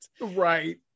right